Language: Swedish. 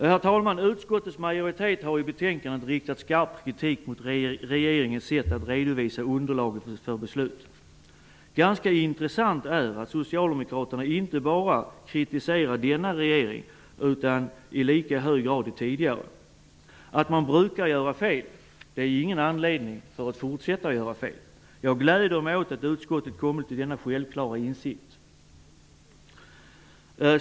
Herr talman! Utskottets majoritet har i betänkandet riktat skarp kritik mot regeringens sätt att redovisa underlaget för beslut. Det är ganska intressant att Socialdemokraterna inte bara kritiserar denna regering utan även i lika hög grad tidigare regeringar. Att man brukar göra fel är ingen anledning att fortsätta att göra fel. Jag gläder mig åt att utskottet har kommit fram till denna självklara insikt.